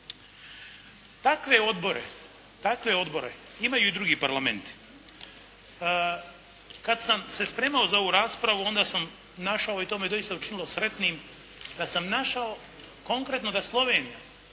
iseljeništvu. Takve odbore imaju drugi parlamenti. Kad sam se spremao za ovu raspravu onda sam našao i to me doista učinilo sretnim da sam našao konkretno da Slovenija